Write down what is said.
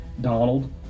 Donald